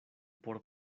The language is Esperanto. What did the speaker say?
por